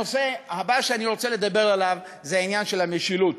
הנושא הבא שאני רוצה לדבר עליו הוא העניין של המשילות.